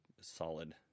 solid